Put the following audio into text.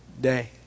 day